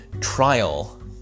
trial